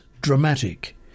dramatic